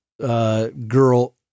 girl